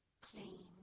clean